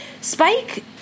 Spike